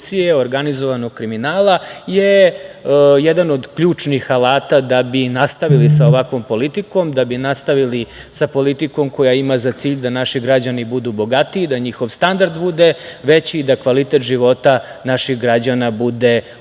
organizovanog kriminala je jedan od ključnih alata da bi nastavili sa ovakvom politikom, da bi nastavili sa politikom koja ima za cilj da naši građani budu bogatiji, da njihov standard bude veći i da kvalitet života naših građana bude u